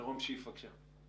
מירום שיף, בבקשה.